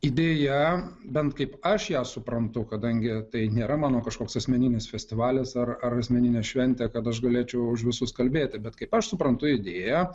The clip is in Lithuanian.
idėja bent kaip aš ją suprantu kadangi tai nėra mano kažkoks asmeninis festivalis ar ar asmeninė šventė kad aš galėčiau už visus kalbėti bet kaip aš suprantu idėją